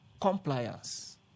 compliance